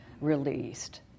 released